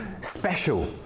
special